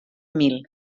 mil